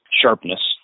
sharpness